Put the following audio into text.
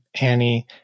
Annie